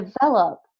develop